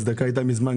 הצדקה הייתה מזמן,